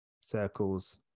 circles